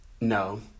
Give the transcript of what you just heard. No